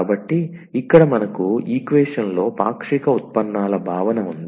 కాబట్టి ఇక్కడ మనకు ఈక్వేషన్ లో పాక్షిక ఉత్పన్నాల భావన ఉంది